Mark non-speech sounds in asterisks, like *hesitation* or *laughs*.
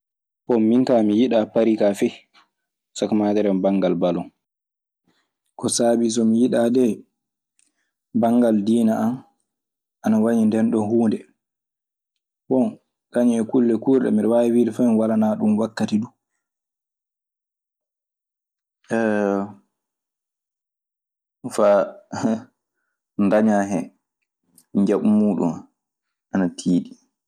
Diewu minka ni yiɗɗa pari feyi, sakomaderema bangal ballon. Ko sabii so mi yiɗaa dee, banngal diine an ana wañi ndeenɗon huunde. Bon, kañun e kulle kuurɗe. Miɗe waawi wiide fay mi walanaa ɗun wakkati duu. *hesitation* faa *laughs* ndaña hen njaɓu muɗum, ana tiiɗi.